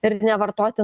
ir nevartoti